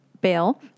bail